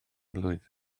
blwydd